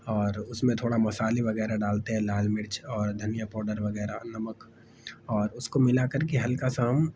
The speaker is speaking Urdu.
اور اس میں تھوڑا مسالے وغیرہ ڈالتے ہیں لال مرچ اور دھنیا پاؤڈر وغیرہ نمک اور اس کو ملا کر کے ہلکا سا ہم